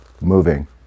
moving